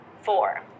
Four